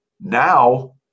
now